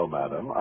madam